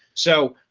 so,